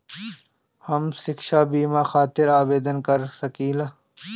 हम शिक्षा बीमा खातिर आवेदन कर सकिला?